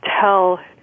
tell